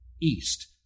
east